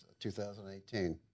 2018